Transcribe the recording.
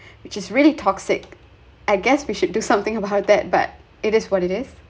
which is really toxic I guess we should do something about that but it is what it is